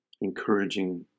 encouraging